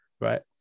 right